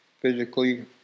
physically